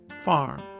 farm